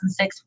2006